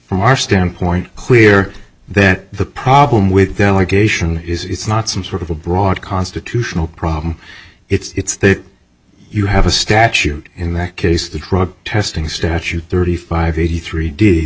from our standpoint clear that the problem with delegation is it's not some sort of a broad constitutional problem it's that you have a statute in that case the drug testing statute thirty five eighty three d